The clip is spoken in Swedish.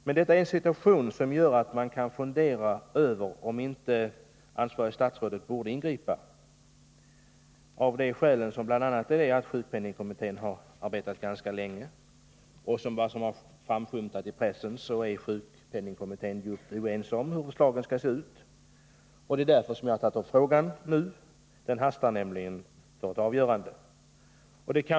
Men detta är en situation där man kan fundera över om inte ansvarigt statsråd borde ingripa — av flera skäl, bl.a. att sjukpenningkommittén har arbetat ganska länge. Enligt vad som har framskymtat i pressen är sjukpenningkommittén djupt oense om hur förslagen skall se ut. Det är därför jag har tagit upp frågan nu — det hastar nämligen med ett avgörande.